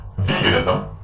Veganism